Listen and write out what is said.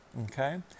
Okay